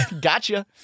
gotcha